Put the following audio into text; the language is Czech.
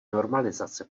normalizace